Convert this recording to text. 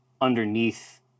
underneath